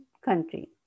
country